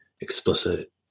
explicit